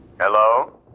Hello